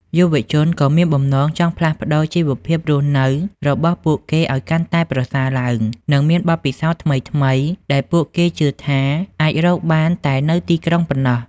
យុវជនក៏មានបំណងចង់ផ្លាស់ប្តូរជីវភាពរស់នៅរបស់ពួកគេឲ្យកាន់តែប្រសើរឡើង និងមានបទពិសោធន៍ថ្មីៗដែលពួកគេជឿថាអាចរកបានតែនៅទីក្រុងប៉ុណ្ណោះ។